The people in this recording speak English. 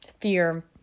fear